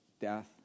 death